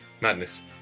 madness